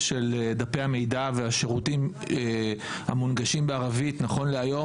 דפי המידע והשירותים המונגשים בערבית נכון להיום